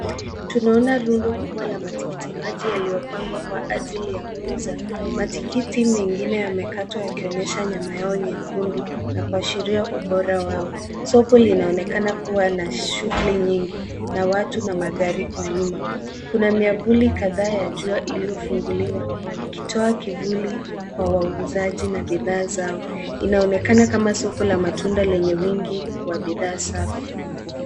Tunaona rundo kubwa la matikitiki maji yaliyopangwa kwa ajili ya kuuza. Matikiti mengine yamekatwa yakionyesha nyama yao nyekundu na kuashiria ubora wao. Soko linaonekana kuwa na shughuli nyingi na watu na magari kwa nyuma. Kuna miavuli kadhaa ya jua iliyofunguliwa ikitoa kivuli kwa wauzaji na bidhaa zao. Inaonekana kama soko la matunda lenye wingi wa bidhaa safi.